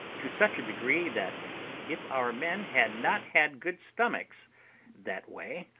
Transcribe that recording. to such a degree, that if our men had not had good stomachs that way,